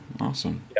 awesome